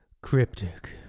Cryptic